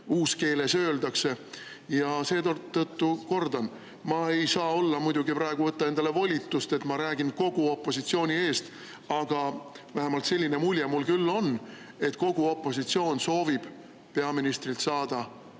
uuskeeles öeldakse. Ja seetõttu kordan – ma ei saa praegu muidugi võtta endale volitust, et ma räägin kogu opositsiooni eest, aga vähemalt selline mulje mul küll on –, et kogu opositsioon soovib peaministrilt saada poliitilise